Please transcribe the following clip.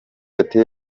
ati